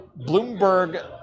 Bloomberg